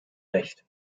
recht